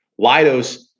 Lidos